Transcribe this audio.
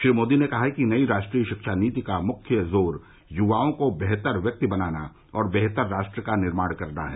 श्री मोदी ने कहा कि नई राष्ट्रीय शिक्षा नीति का मुख्य जोर युवाओं को बेहतर व्यक्ति बनाना और बेहतर राष्ट्र का निर्माण करना है